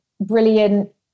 brilliant